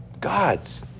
god's